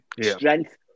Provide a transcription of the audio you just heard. strength